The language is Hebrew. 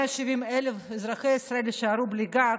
170,000 אזרחי ישראל יישארו בלי גג,